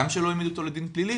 גם אם לא העמידו אותו לדין פלילי,